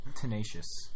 tenacious